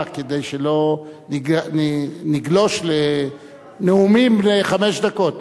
כדי שלא נגלוש לנאומים בני חמש דקות.